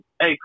hey